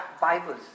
Bibles